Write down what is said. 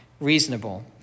reasonable